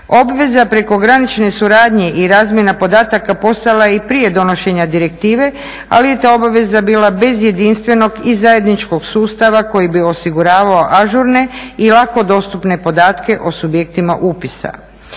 Obveza prekogranične suradnje i razmjena podataka postojala je i prije donošenja direktive ali je ta obaveza bila jedinstvenog i zajedničkog sustava koji bi osiguravao ažurne i lako dostupne podatke o subjektima upisa.